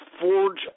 forge